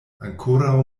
ankoraŭ